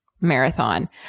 marathon